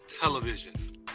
television